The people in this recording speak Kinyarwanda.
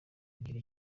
kugira